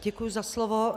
Děkuji za slovo.